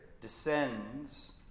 descends